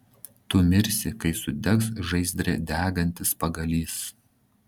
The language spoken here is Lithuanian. tu mirsi kai sudegs žaizdre degantis pagalys